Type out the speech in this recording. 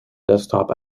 desktop